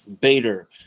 Bader